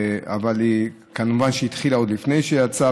אבל כמובן היא התחילה עוד לפני שהיא יצאה,